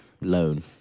loan